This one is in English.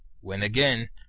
when, again,